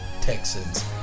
Texans